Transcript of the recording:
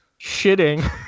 Shitting